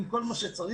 עם כל מה שצריך,